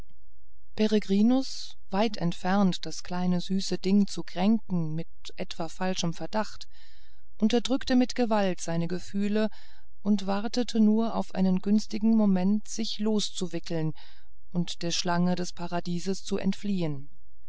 weit entfernt das kleine süße ding zu kränken mit etwa falschem verdacht unterdrückte mit gewalt seine gefühle und wartete nur auf einen günstigen moment sich loszuwickeln und der schlange des paradieses zu entfliehen